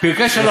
פרקי שלום.